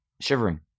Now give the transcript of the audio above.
shivering